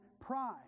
pride